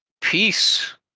Peace